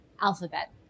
Alphabet